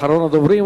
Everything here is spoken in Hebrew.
אחרון הדוברים,